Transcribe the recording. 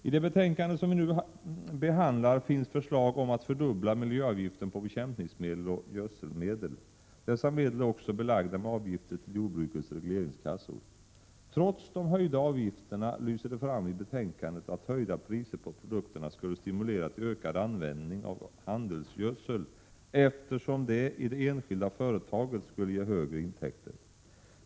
I det betänkande som vi nu behandlar finns förslag om att fördubbla miljöavgiften på bekämpningsmedel och gödselmedel. Dessa medel är också belagda med avgifter till jordbrukets regleringskassor. Trots de höjda avgifterna lyser det fram i betänkandet att höjda priser på produkterna skulle stimulera till ökad användning av handelsgödsel eftersom detta i det enskilda företaget skulle ge högre intäkter.